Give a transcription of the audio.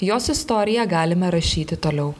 jos istoriją galime rašyti toliau